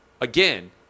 again